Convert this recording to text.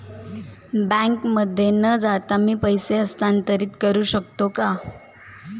बँकेमध्ये न जाता मी पैसे हस्तांतरित करू शकतो का?